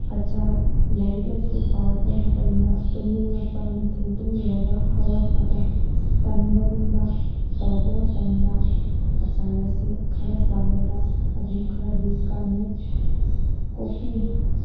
ꯑꯆꯥꯔ ꯂꯥꯏꯔꯤꯛ ꯂꯥꯏꯁꯨ ꯄꯥꯔꯛꯄ ꯃꯇꯝꯗ ꯇꯨꯝꯅꯤꯡꯉꯛꯄ ꯅꯨꯡꯊꯤꯜ ꯇꯨꯝꯃꯨꯔꯒ ꯍꯧꯔꯛꯄꯗ ꯇꯟꯕꯒꯨꯝꯕ ꯇꯧꯔꯛꯄ ꯃꯇꯝꯗ ꯑꯆꯥꯔ ꯑꯁꯤ ꯈꯔ ꯆꯥꯕꯗ ꯑꯗꯨꯝ ꯈꯔꯗꯤ ꯀꯥꯟꯅꯩ ꯀꯣꯐꯤ